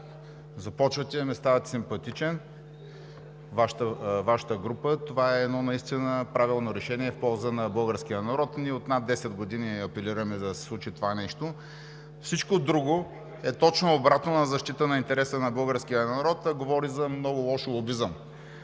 започва да ми става симпатична Вашата група. Това е едно наистина правилно решение в полза на българския народ. Ние от над 10 години апелираме да се случи това нещо. Всичко друго е точно обратно на защитата на интереса на българския народ и говори за много лош лобизъм.